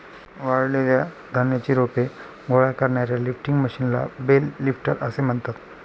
वाळलेल्या धान्याची रोपे गोळा करणाऱ्या लिफ्टिंग मशीनला बेल लिफ्टर असे म्हणतात